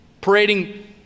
parading